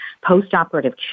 post-operative